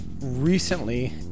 recently